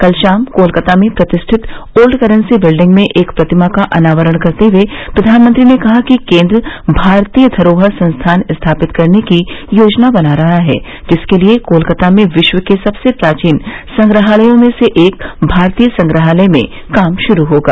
कल शाम कोलकाता में प्रतिष्ठित ओल्ड करेंसी बिल्डिंग में एक प्रतिमा का अनावरण करते हुए प्रबानमंत्री ने कहा कि केंद्र भारतीय धरोहर संस्थान स्थापित करने की योजना बना रहा है जिसके लिए कोलकाता में विश्व के सबसे प्राचीन संग्रहालयों में से एक भारतीय संग्रहालय में काम शुरू होगा